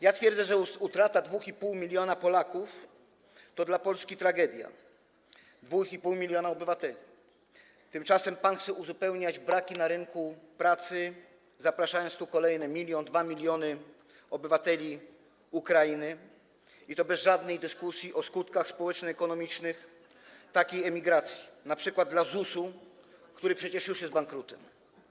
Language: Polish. Ja twierdzę, że utrata 2,5 mln Polaków to dla Polski tragedia - 2,5 mln obywateli - tymczasem pan chce uzupełniać braki na rynku pracy, zapraszając tu kolejny milion czy 2 mln obywateli Ukrainy, i to bez żadnej dyskusji o skutkach społeczno-ekonomicznych takiej emigracji np. dla ZUS-u, który przecież już jest bankrutem.